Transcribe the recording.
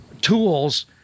tools